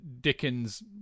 Dickens